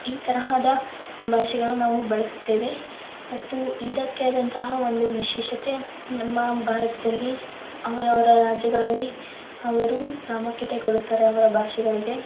ಈ ತರಹದ ಭಾಷೆಗಳು ನಾವು ಬಳಸುತ್ತೇವೆ ಮತ್ತು ಇದಕ್ಕೇ ಆದಂತಹ ಒಂದು ವಿಶೇಷತೆ ನಮ್ಮ ಭಾರತದಲ್ಲಿ ಅವರವರ ರಾಜ್ಯಗಳಲ್ಲಿ ಅವರು ಪ್ರಾಮುಖ್ಯತೆ ಕೊಡುತ್ತಾರೆ ಅವರ ಭಾಷೆಗಳಿಗೆ